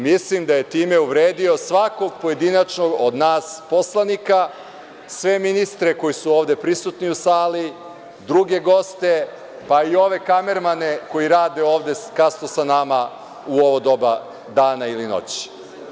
Mislim da je time uvredio svakog pojedinačnog od nas poslanika, sve ministre koji su ovde prisutni u sali, druge goste, pa i ove kamermane koji rade ovde kasno sa nama u ovo doba dana ili noći.